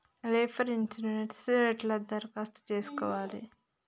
Labour insurance ఎట్ల దరఖాస్తు చేసుకోవాలే?